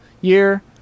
year